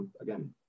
again